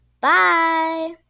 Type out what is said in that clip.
Bye